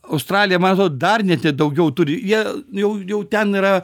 australija man atrodo dar net jie daugiau turi jie jau jau ten yra